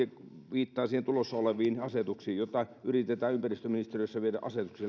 viittaan niihin tulossa oleviin asetuksiin jotka yritetään ympäristöministeriössä viedä